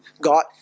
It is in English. God